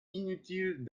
inutile